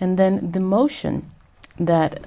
and then the motion that